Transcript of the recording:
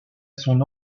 son